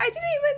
I didn't even